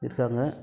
இருக்காங்க